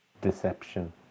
deception